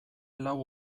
lau